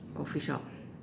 coffee shop